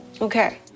Okay